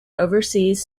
overseas